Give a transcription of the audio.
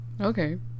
Okay